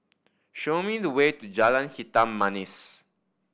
show me the way to Jalan Hitam Manis